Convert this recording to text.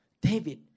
David